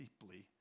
deeply